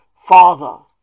Father